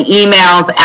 emails